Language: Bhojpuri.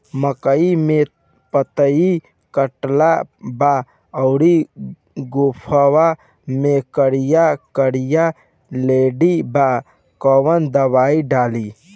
मकई में पतयी कटल बा अउरी गोफवा मैं करिया करिया लेढ़ी बा कवन दवाई डाली?